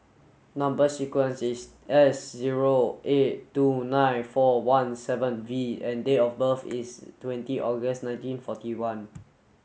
number sequence is S zero eight two nine four one seven V and date of birth is twenty August nineteen forty one